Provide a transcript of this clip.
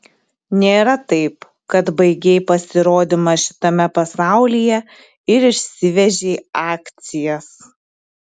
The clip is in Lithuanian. nėra taip kad baigei pasirodymą šitame pasaulyje ir išsivežei akcijas